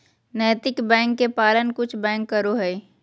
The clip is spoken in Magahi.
नैतिक बैंक के पालन कुछ बैंक करो हइ